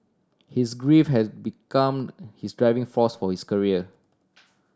his grief has become his driving force for his career